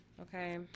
Okay